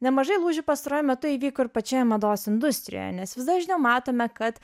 nemažai lūžių pastaruoju metu įvyko ir pačioje mados industrijoje nes vis dažniau matome kad